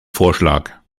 vorschlag